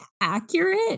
accurate